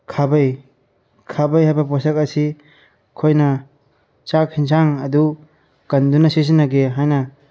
ꯈꯥꯕꯩ ꯈꯥꯕꯩ ꯍꯥꯏꯕ ꯄꯣꯠꯁꯛ ꯑꯁꯤ ꯑꯩꯈꯣꯏꯅ ꯆꯥꯛ ꯌꯦꯟꯁꯥꯡ ꯑꯗꯨ ꯀꯟꯗꯨꯅ ꯁꯤꯖꯤꯟꯅꯒꯦ ꯍꯥꯏꯅ